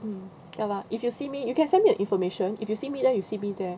mm ya lah if you see me you can submit information if you see me then you see me there